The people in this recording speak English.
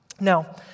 Now